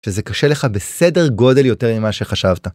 שזה קשה לך בסדר גודל יותר ממה שחשבת.